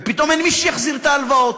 ופתאום אין מי שיחזיר את ההלוואות.